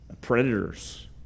predators